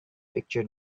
picture